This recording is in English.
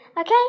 Okay